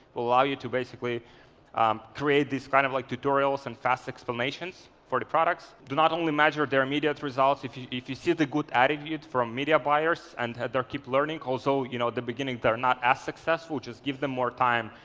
will allow you to basically um create these kind of like tutorials and fast explanations for the products. do not only measure their immediate results. if you if you see the good attitude from media buyers and had their keep learning also you know the beginnings are not as successful, just give them more time,